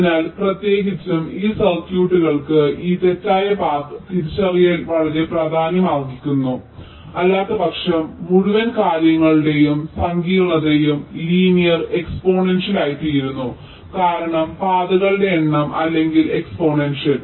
അതിനാൽ പ്രത്യേകിച്ചും ആ സർക്യൂട്ടുകൾക്ക് ഈ തെറ്റായ പാത തിരിച്ചറിയൽ വളരെ പ്രാധാന്യമർഹിക്കുന്നു അല്ലാത്തപക്ഷം മുഴുവൻ കാര്യങ്ങളുടെയും സങ്കീർണതയും ലീനിയർ എക്സ്പോണൻഷ്യൽ ആയിത്തീരുന്നു കാരണം പാതകളുടെ എണ്ണം അല്ലെങ്കിൽ എക്സ്പോണൻഷ്യൽ